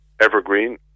evergreen